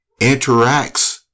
interacts